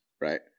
right